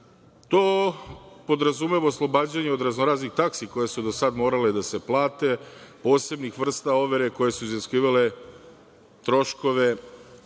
To podrazumeva oslobađanje od raznoraznih taksi koje su do sad morale da se plate, posebnih vrsta overa koje su iziskivale troškove